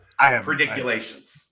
Prediculations